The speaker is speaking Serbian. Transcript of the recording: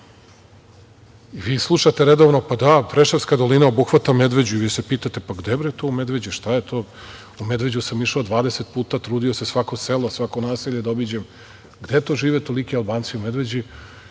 slušate redovno. Pa, da, Preševska dolina obuhvata Medveđu. Vi se pitate - gde je bre to u Medveđi, šta je to?U Medveđu sam išao 20 puta, trudio se, svako selo, svako naselje da obiđem. Gde žive toliki Albanci u Medveđi?